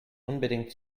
unbedingt